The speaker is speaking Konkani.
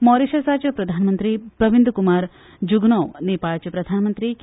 मॉरिशसाचे प्रधानमंत्री प्रवीद कुमार जुगनॉव नेपाळाचे प्रधानमंत्री के